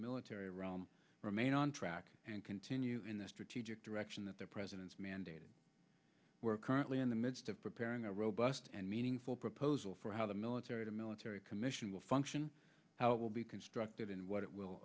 military realm remain on track and continue in the strategic direction that the president mandated we're currently in the midst of preparing a robust and meaningful proposal for how the military to military commission will function how it will be constructed and what it will